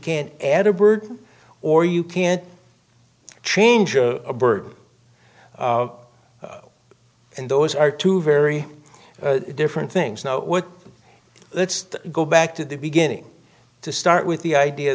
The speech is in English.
can't add a bird or you can't change a bird and those are two very different things now what let's go back to the beginning to start with the idea